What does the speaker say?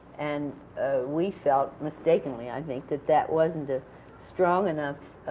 and we felt mistakenly, i think that that wasn't a strong enough